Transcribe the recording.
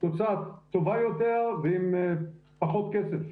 תוצאה טובה יותר בפחות כסף,